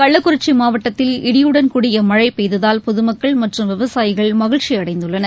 கள்ளக்குறிச்சிமாவட்டத்தில் இடியுடன் கூடிய மழைபெய்ததால் பொதுமக்கள் விவசாயிகள் மற்றும் மகிழ்ச்சிஅடைந்துள்ளனர்